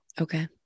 Okay